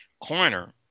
Corner